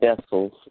vessels